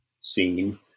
scene